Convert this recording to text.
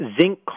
Zinc